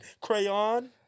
Crayon